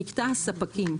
אני רוצה לעבור למקטע הספקים,